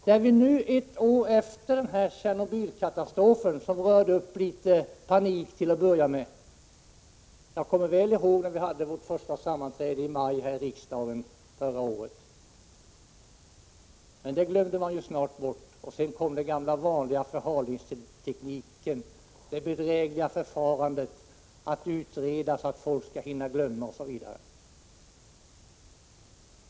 När det nu gått ett år efter Tjernobylkatastrofen, som rörde upp litet panik till en början, kommer jag väl i håg vad som sades när vi hade vårt första sammanträde här i riksdagen i maj förra året efter katastrofen. Men det glömde man snart bort, och sedan kom den gamla vanliga förhalningstekniken, det bedrägliga förfarandet att utreda så att folk skall hinna glömma osv.